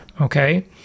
okay